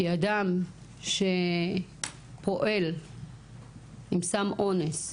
כי אדם פועל עם סם אונס,